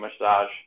massage